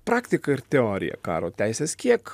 praktika ir teorija karo teisės kiek